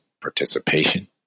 participation